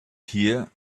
here